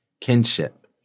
kinship